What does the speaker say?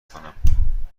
کنم